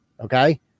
okay